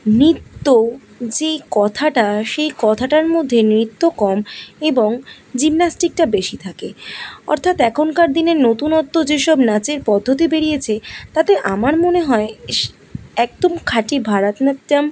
নৃত্য যে কথাটা সেই কথাটার মধ্যে নৃত্য কম এবং জিমনাস্টিকটা বেশি থাকে অর্থাৎ এখনকার দিনের নতুনত্ব যেসব নাচের পদ্ধতি বেরিয়েছে তাতে আমার মনে হয় ইস একদম খাঁটি ভারতনাট্যম